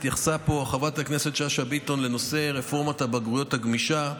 התייחסה פה חברת הכנסת שאשא ביטון לנושא רפורמת הבגרויות הגמישה.